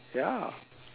ya